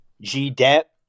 G-Dep